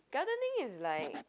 gardening is like